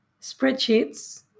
spreadsheets